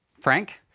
frank?